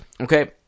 Okay